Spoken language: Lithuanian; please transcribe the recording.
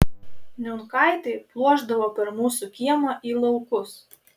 niunkaitė pluošdavo per mūsų kiemą į laukus